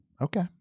Okay